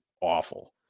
awful